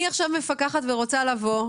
אני עכשיו מפקחת ורוצה לבוא,